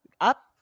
up